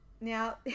now